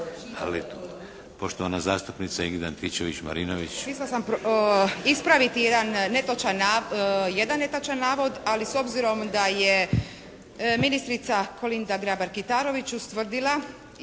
Poštovana zastupnica Ingrid Antičević-Marinović.